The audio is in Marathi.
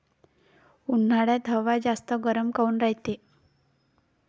उन्हाळ्यात हवा जास्त गरम काऊन रायते?